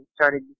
started